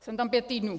Jsem tam pět týdnů.